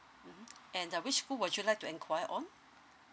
mmhmm and uh which school would you like to enquire on